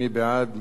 מי בעד?